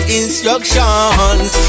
instructions